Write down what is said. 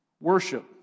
Worship